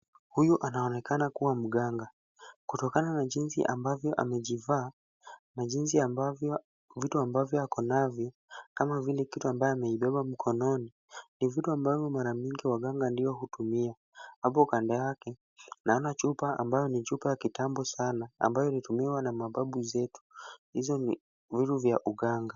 Huyu anaonekana kuwa mganga, kutokana na jinsi ambavyo amejivaa na jinsi ambavyo vitu ambavyo ako navyo, kama vile kitu ambayo ameibeba mkononi, ni vitu ambavyo mara mingi waganga ndio hutumia. Hapo kando yake naona chupa ambayo ni chupa ya kitambo sana, ambayo ilitumiwa na mababu zetu, hizo ni vitu za uganga.